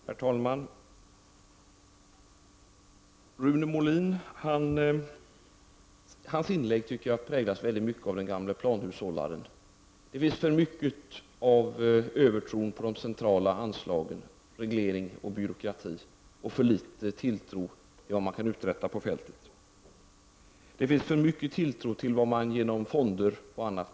Herr talman! Jag tycker att Rune Molins inlägg präglas väldigt mycket av den gamla planhushållningen. Det finns för mycket av övertro på de centrala anslagen, reglering och byråkrati, och för litet tilltro till vad som kan uträttas på fältet. Det finns för mycket tilltro till vad man kan uträtta med fonder och annat.